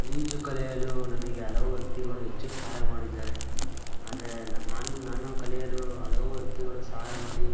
ಈಜು ಕಲಿಯಲು ನನಗೆ ಹಲವು ವ್ಯಕ್ತಿಗಳು ಹೆಚ್ಚು ಸಹಾಯ ಮಾಡಿದ್ದಾರೆ ಆದರೆ ನಾನು ನಾನು ಕಲಿಯಲು ಹಲವು ವ್ಯಕ್ತಿಗಳು ಸಹಾಯ ಮಾಡಿ